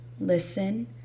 listen